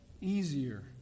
easier